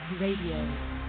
Radio